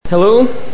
Hello